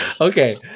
Okay